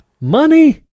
Money